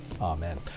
Amen